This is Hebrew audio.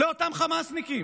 לאותם חמאסניקים.